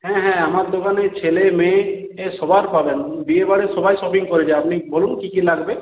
হ্যাঁ হ্যাঁ আমার দোকানে ছেলে মেয়ে সবার পাবেন বিয়েবাড়ির সবাই শপিং করে যায় আপনি বলুন কি কি লাগবে